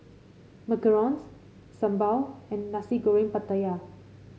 macarons sambal and Nasi Goreng Pattaya